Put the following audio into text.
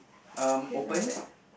um open